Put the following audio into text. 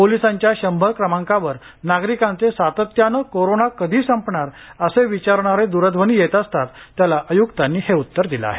पोलिसांच्या शंभर क्रमांकावर नागरिकांचे सातत्याने कोरोना कधी संपणार असे विचारणारे दूरध्वनी येत असतात त्याला आय्क्तांनी हे उत्तर दिलं आहे